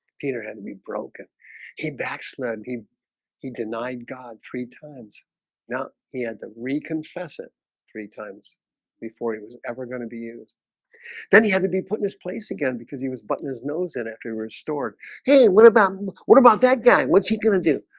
peter had to be broken he backs nighy. he he denied god three times now he had the rican fessin three times before he was ever going to be used then he had to be put in his place again because he was button his nose in after a restored he what about um what about that guy? what's he gonna do?